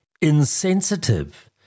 insensitive